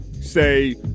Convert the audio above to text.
say